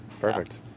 Perfect